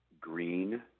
green